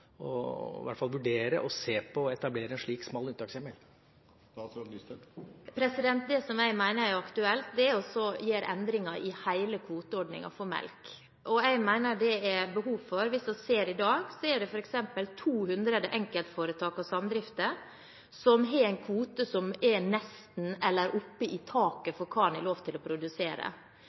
vurdere å se på etablering av en slik smal unntakshjemmel? Jeg mener det er aktuelt å gjøre endringer i hele kvoteordningen for melk, og jeg mener det er behov for det. I dag ser man f.eks. at det er 200 enkeltforetak og samdrifter som har en kvote som er nesten eller helt i taket i forhold til hva en har lov til å produsere. Det er klart at alle næringsdrivende er avhengig av å få mulighet til å utvikle sin bedrift og produsere